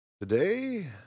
today